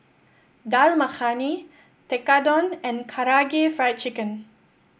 Dal Makhani Tekkadon and Karaage Fried Chicken